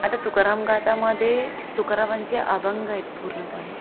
आता तुकाराम गाथामध्ये तुकारामांचे अभंग आहेत पूर्णपणे